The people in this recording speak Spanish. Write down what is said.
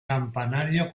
campanario